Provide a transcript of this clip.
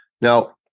Now